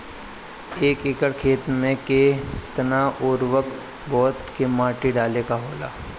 एक एकड़ खेत में के केतना उर्वरक बोअत के माटी डाले के होला?